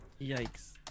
Yikes